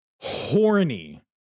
horny